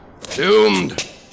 Doomed